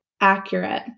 accurate